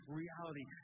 reality